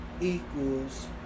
equals